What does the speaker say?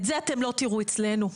את זה אתם לא תראו אצלנו,